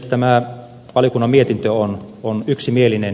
tämä valiokunnan mietintö on yksimielinen